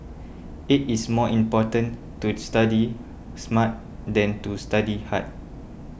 it is more important to study smart than to study hard